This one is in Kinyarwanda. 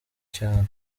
cyane